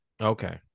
Okay